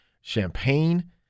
champagne